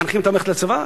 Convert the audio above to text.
מחנכים אותם ללכת לצבא?